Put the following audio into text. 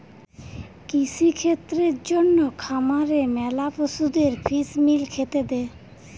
কৃষিক্ষেত্রের জন্যে খামারে ম্যালা পশুদের ফিস মিল খেতে দে